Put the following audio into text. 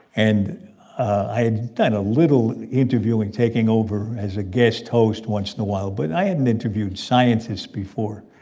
and i had done a little interviewing, taking over as a guest host once in a while. but i hadn't interviewed scientists before.